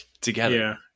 Together